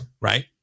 right